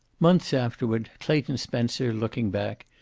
months afterward, clayton spencer, looking back,